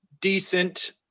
decent